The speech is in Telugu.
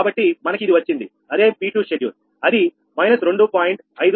కాబట్టి మనకి ఇది వచ్చింది అదే P2 షెడ్యూల్ అది −2